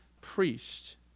priest